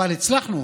אבל הצלחנו